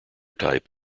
type